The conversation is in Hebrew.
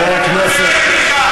אלפיים שנה אחרי, חברי הכנסת.